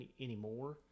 anymore